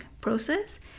process